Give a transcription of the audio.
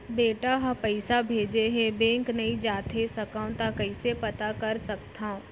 बेटा ह पइसा भेजे हे बैंक नई जाथे सकंव त कइसे पता कर सकथव?